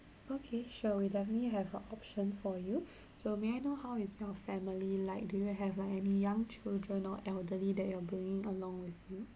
okay sure we definitely have a option for you so may I know how is your family like do you have like any young children or elderly that you are bringing along with you